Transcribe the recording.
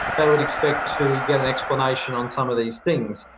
they would expect to get an explanation on some of these things.